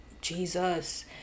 jesus